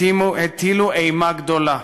הטילו אימה גדולה.